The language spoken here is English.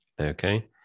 Okay